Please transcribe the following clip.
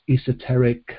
esoteric